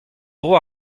dro